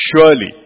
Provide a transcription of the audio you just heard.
Surely